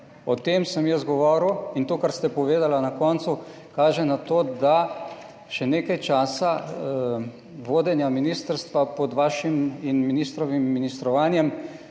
O tem sem jaz govoril in to, kar ste povedali, na koncu, kaže na to, da še nekaj časa vodenja ministrstva pod vašim in ministrovim ministrovanjem,